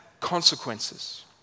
consequences